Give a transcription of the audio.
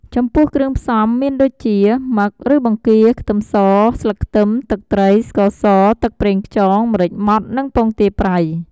ចំពោះគ្រឿងផ្សំមានដូចជា មឹក ឬបង្គា ខ្ទឹមស ស្លឹកខ្ទឹម ទឹកត្រី ស្ករស ទឹកប្រេងខ្យង ម្រេចម៉ដ្ឋ និងពងទាប្រៃ។